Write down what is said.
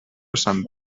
sant